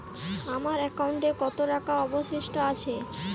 আমার একাউন্টে কত টাকা অবশিষ্ট আছে?